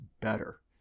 better